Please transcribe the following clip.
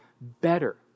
better